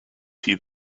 see